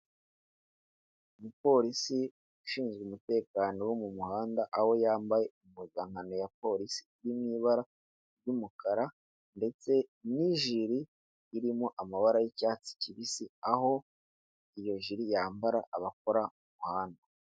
Umupolisi ushinzwe umutekano wo mu muhanda, aho yambaye impuzankano ya polisi iri mu ibara ry'umukara ndetse n'ijiri irimo amabara y'icyatsi kibisi, aho iyo jiri yambara abakora mu muhanda.